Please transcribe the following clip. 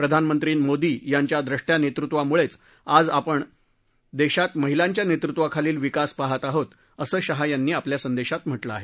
प्रधानमंत्री नरेंद्र मोदी यांच्या द्रष्ट्या नेतृत्त्वामुळेच आज आपण देशात महिलांच्या नेतृत्वाखालील विकास पाहात आहोत असं शाह यांनी आपल्या संदेशात म्हटलं आहे